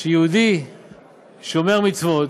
שיהודי שומר מצוות,